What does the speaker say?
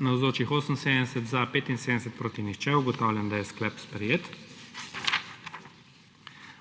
glasovalo 75.) (Proti nihče.) Ugotavljam, da je sklep sprejet.